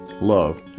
love